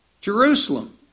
Jerusalem